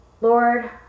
Lord